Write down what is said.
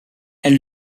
elle